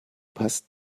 passt